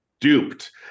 duped